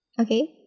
Okay